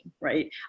right